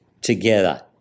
together